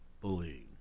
bullying